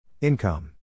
Income